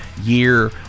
year